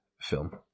film